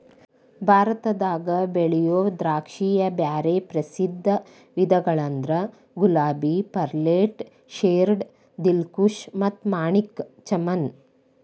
ಭಾರತದಾಗ ಬೆಳಿಯೋ ದ್ರಾಕ್ಷಿಯ ಬ್ಯಾರೆ ಪ್ರಸಿದ್ಧ ವಿಧಗಳಂದ್ರ ಗುಲಾಬಿ, ಪರ್ಲೆಟ್, ಶೇರ್ಡ್, ದಿಲ್ಖುಷ್ ಮತ್ತ ಮಾಣಿಕ್ ಚಮನ್